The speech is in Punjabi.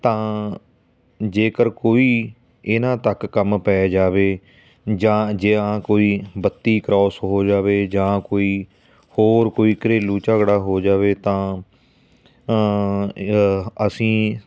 ਤਾਂ ਜੇਕਰ ਕੋਈ ਇਹਨਾਂ ਤੱਕ ਕੰਮ ਪੈ ਜਾਵੇ ਜਾਂ ਜਾਂ ਕੋਈ ਬੱਤੀ ਕਰੋਸ ਹੋ ਜਾਵੇ ਜਾਂ ਕੋਈ ਹੋਰ ਕੋਈ ਘਰੇਲੂ ਝਗੜਾ ਹੋ ਜਾਵੇ ਤਾਂ ਅਸੀਂ